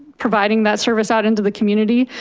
providing that service out into the community.